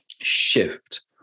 shift